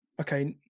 okay